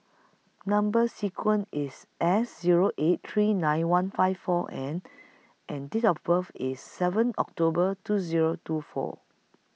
Number sequence IS S Zero eight three nine one five four N and Date of birth IS seven October two Zero two four